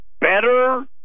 better